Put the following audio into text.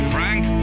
Frank